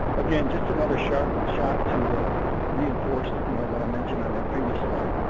again, just another shot shot to reinforce you know what i mentioned on that previous slide.